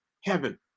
heaven